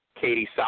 Katie